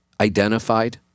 identified